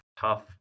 tough